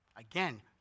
Again